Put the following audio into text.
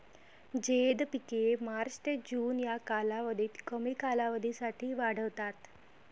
झैद पिके मार्च ते जून या कालावधीत कमी कालावधीसाठी वाढतात